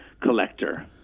collector